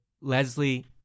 Leslie